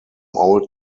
old